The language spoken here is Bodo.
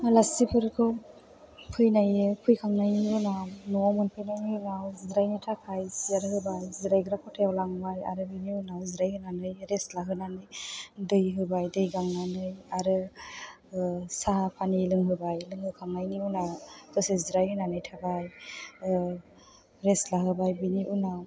आलासिफोरखौ फैखांनायनि उनाव न'आव मोनफैनायनि उनाव जिरायनो थाखाय जिराय होबाय जिरायग्रा खथायाव लांबाय आरो बेनि उनाव जिराय होनानै रेस्ट लाहोनानै दै होबाय दै गांनानै आरो साहा पानि लोंहोबाय लोंहोखांनायनि उनाव दसे जिराय होनानै थाबाय रेस्ट लाहोबाय बेनि उनाव